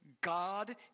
God